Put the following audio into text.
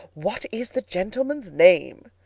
what is the gentleman's name?